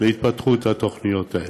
להתפתחות התוכניות האלה.